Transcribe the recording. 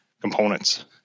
components